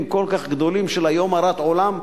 כל כך גדולים של "היום הרת עולם",